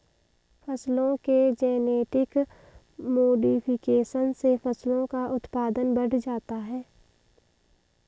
फसलों के genetic modification से फसलों का उत्पादन बढ़ जाता है